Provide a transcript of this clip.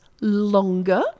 longer